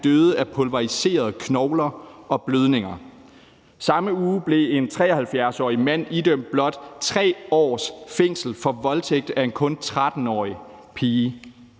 døde af pulveriserede knogler og blødninger. Samme uge blev en 73-årig mand idømt blot 3 års fængsel for voldtægt af en kun 13-årig pige.